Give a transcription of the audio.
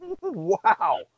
Wow